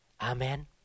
Amen